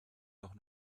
doch